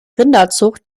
rinderzucht